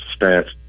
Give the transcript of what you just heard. stats